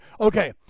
okay